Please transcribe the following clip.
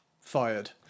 fired